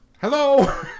hello